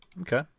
Okay